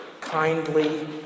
kindly